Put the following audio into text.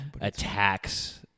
attacks